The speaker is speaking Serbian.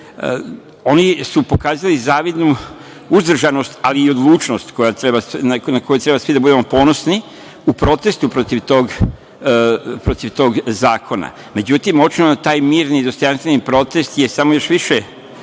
su pokazali zavidnu uzdržanost, ali i odlučnost na koju treba svi da budemo ponosni u protestu protiv tog zakona. Međutim, uočeno je da taj mirni i dostojanstveni protest je samo još više